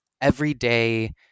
everyday